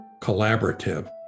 collaborative